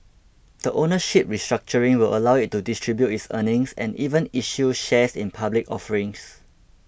the ownership restructuring will allow it to distribute its earnings and even issue shares in public offerings